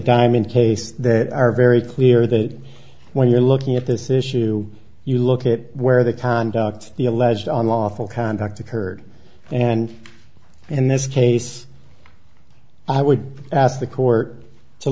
diamond case that are very clear that when you're looking at this issue you look at where they conduct the alleged on lawful contact occurred and in this case i would ask the court to